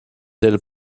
ailes